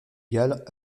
galles